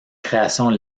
création